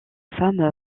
femme